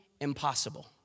impossible